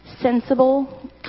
sensible